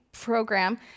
program